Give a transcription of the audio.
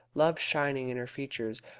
love shining in her features,